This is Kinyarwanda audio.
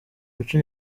umuco